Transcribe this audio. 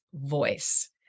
voice